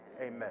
Amen